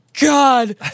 God